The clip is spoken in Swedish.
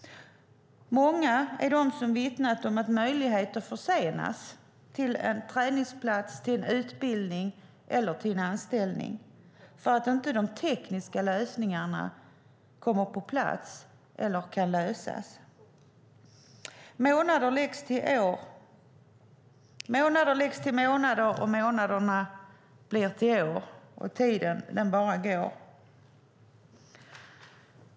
Många är de som vittnat om att möjligheter till träningsplats, utbildning eller anställning försenas för att de tekniska lösningarna inte kommer på plats. Månader läggs till månader, månaderna blir till år, och tiden bara går.